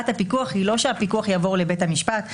הפיקוח היא לא שהפיקוח יעבור לבית המשפט.